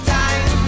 time